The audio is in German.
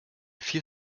vier